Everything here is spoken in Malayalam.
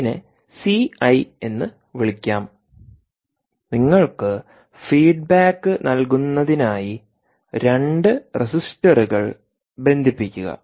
അതിനെ സി ഐ എന്ന് വിളിക്കാം നിങ്ങൾക്ക് ഫീഡ്ബാക്ക് നൽകുന്നതിനായി 2 റെസിസ്റ്ററുകൾ ബന്ധിപ്പിക്കുക